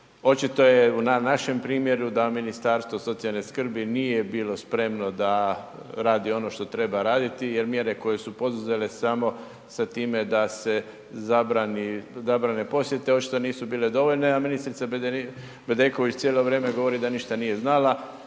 očito je na našem primjeru da Ministarstvo socijalne skrbi nije bilo spremno da radi ono što treba raditi jer mjere koje su poduzele samo sa time da se zabrane posjete očito nisu bile dovoljne, a ministrica Bedeković cijelo vrijeme govori da ništa nije znala,